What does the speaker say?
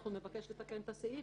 אנחנו נבקש לתקן את הסעיף,